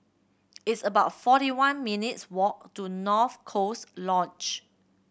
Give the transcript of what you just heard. it's about forty one minutes' walk to North Coast Lodge